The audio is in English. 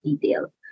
detail